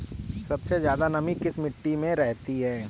सबसे ज्यादा नमी किस मिट्टी में रहती है?